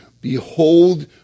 Behold